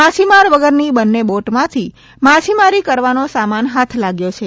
માછીમાર વગરની બંને બોટમાંથી માછીમારી કરવાનો સામાન હાથ લાગ્યો છે